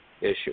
issue